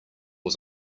was